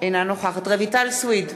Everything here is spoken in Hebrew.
אינה נוכחת רויטל סויד,